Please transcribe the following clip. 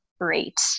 great